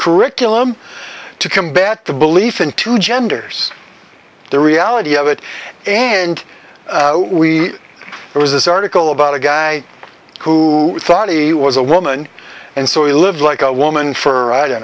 curriculum to combat the belief in two genders the reality of it and we it was this article about a guy who thought he was a woman and so he lived like a woman for i don't